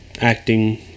acting